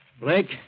Blake